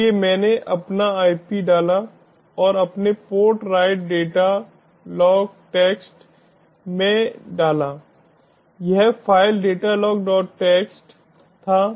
इसलिए मैंने अपना IP डाला और अपने port right data log txt में डाला यह file datalog dot text datalogtxt था